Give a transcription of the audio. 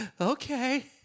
Okay